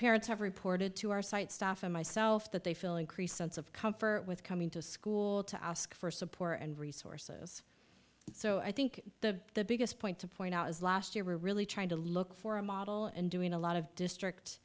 parents have reported to our site staff and myself that they feel increased since of comfort with coming to school to ask for support and resources so i think the biggest point to point out is last year we're really trying to look for a model and doing a lot of district